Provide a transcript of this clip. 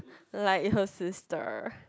like your sister